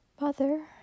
mother